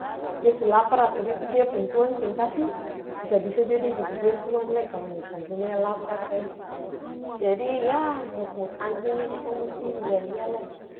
Dia su lapar atau dia itu dia pung tuang seng kasi bisa-bisa jua dia gigi dia tuang lai kalau misalnya dia lapar ka itu to jadi yah mut-mut anjing nih katong musti lia-lia lai.